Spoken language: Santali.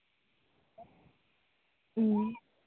ᱦᱩᱸ